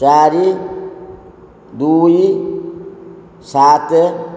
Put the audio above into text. ଚାରି ଦୁଇ ସାତ